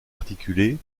articulés